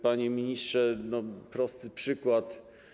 Panie ministrze, prosty przykład.